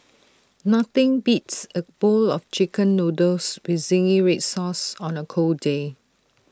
nothing beats A bowl of Chicken Noodles with Zingy Red Sauce on A cold day